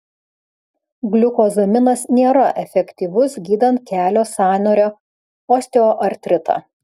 gliukozaminas nėra efektyvus gydant kelio sąnario osteoartritą